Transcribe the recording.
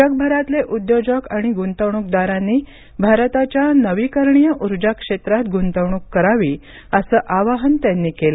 जगभरातले उद्योजक आणि गुंतवणूकदारांनी भारताच्या नवीकरणीय उर्जाक्षेत्रात गुंतवणूक करावी असं आवाहन त्यांनी केलं